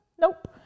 Nope